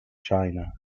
china